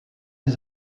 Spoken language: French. les